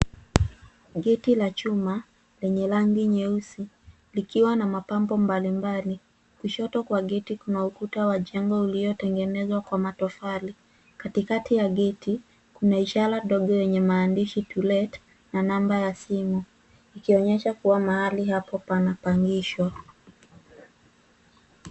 Gate la chuma lenye rangi nyeusi likiwa na mapambo mbalimbali. Kushoto kwa gate kuna ukuta wa jengo uliotengenezwa kwa matofali. Katikati ya gate kuna ishara ndogo yenye maandishi To Let na namba ya simu ikionyesha kuwa mahali hapo panapangishwa.